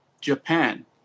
Japan